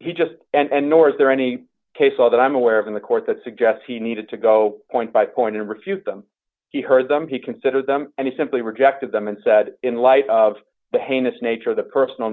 he just and nor is there any case law that i'm aware of in the court that suggests he needed to go point by point in refute them he heard them he considered them and he simply rejected them and said in light of the heinous nature of the personal